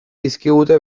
dizkigute